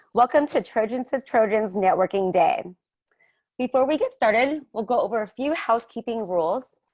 welcome to trojan says trojans networking day before we get started, we'll go over a few housekeeping rules.